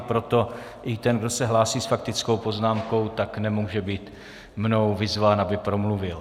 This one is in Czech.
Proto i ten, kdo se hlásí s faktickou poznámkou, nemůže být mnou vyzván, aby promluvil.